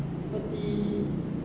seperti